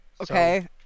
Okay